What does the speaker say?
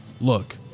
look